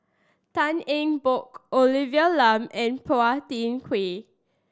Tan Eng Bock Olivia Lum and Phua Thin Kiay